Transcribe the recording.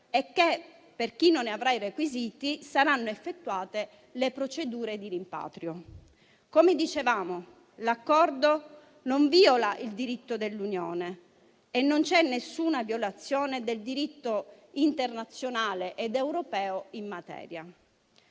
e, per chi non ne avrà i requisiti, saranno effettuate le procedure di rimpatrio. Come dicevamo, l'accordo non viola il diritto dell'Unione e non c'è alcuna violazione del diritto internazionale ed europeo in materia.